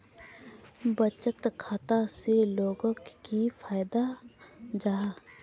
बचत खाता से लोगोक की फायदा जाहा?